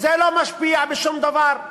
זה לא משפיע בשום דבר.